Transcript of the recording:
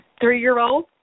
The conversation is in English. three-year-old